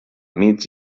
mig